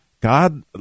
God